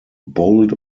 bold